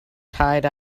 tied